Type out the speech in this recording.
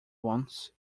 once